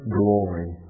glory